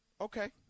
Okay